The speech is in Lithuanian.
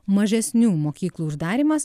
mažesnių mokyklų uždarymas